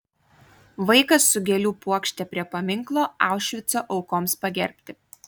vaikas su gėlių puokšte prie paminklo aušvico aukoms pagerbti